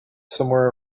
somewhere